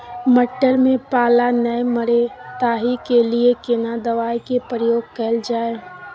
मटर में पाला नैय मरे ताहि के लिए केना दवाई के प्रयोग कैल जाए?